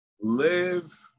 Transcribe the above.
live